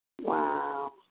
Wow